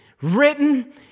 written